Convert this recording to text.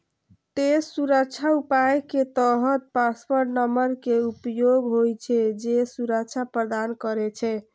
तें सुरक्षा उपाय के तहत पासवर्ड नंबर के उपयोग होइ छै, जे सुरक्षा प्रदान करै छै